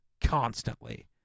constantly